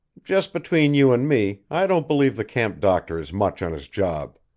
just between you and me i don't believe the camp doctor is much on his job.